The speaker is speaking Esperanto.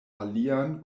alian